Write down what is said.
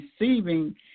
receiving